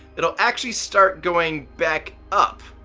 it'll actually start going back up.